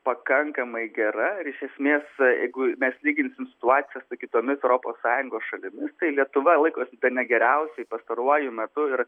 pakankamai gera ir iš esmės jeigu mes lyginsim situaciją su kitomis europos sąjungos šalimis tai lietuva laikosi bene geriausiai pastaruoju metu ir